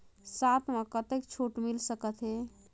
साथ म कतेक छूट मिल सकथे?